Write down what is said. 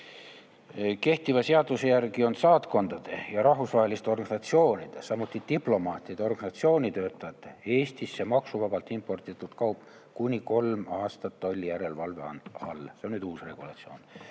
Kehtiva seaduse järgi on saatkondade ja rahvusvaheliste organisatsioonide, samuti diplomaatide, organisatsioonitöötajate Eestisse maksuvabalt imporditud kaup kuni kolm aastat tollijärelevalve all. See on nüüd uus regulatsioon.